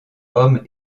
homme